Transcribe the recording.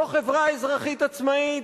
לא חברה אזרחית עצמאית.